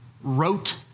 wrote